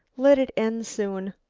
let it end soon!